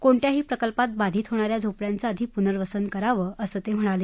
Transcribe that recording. कोणत्याही प्रकल्पात बाधित होणाऱ्या झोपड्यांच आधी पुनर्वसन करावं असं ते म्हणाले